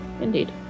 Indeed